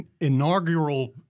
inaugural